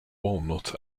walnut